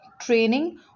training